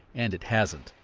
and it hasn't.